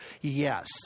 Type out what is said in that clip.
Yes